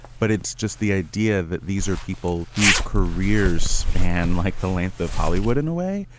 but it's just the idea that these are people whose careers span like the length of hollywood in a way.